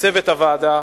לצוות הוועדה,